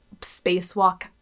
spacewalk